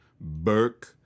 Burke